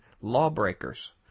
lawbreakers